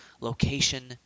location